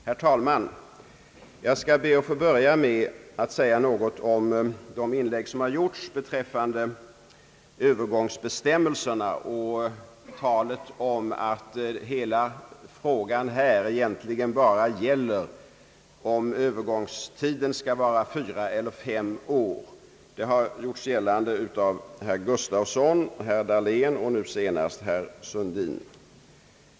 Herr talman! Jag skall be att få börja med att säga något om de inlägg som gjorts beträffande övergångsbestämmelserna och talet om att hela frågan egentligen bara gäller om övergångstiden skall vara fyra eller fem år. Detta har gjorts gällande av herrar Gustafsson, Dahlén och nu senast Sundin.